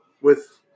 With-